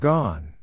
Gone